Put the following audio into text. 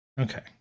Okay